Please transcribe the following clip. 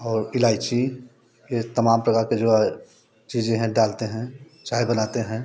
और इलायची ये तमाम प्रकार का जो है चीज़ें हैं डालते हैं चाय बनाते हैं